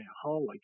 holy